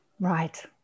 Right